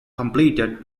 completed